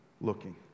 looking